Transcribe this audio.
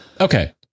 Okay